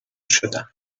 شدم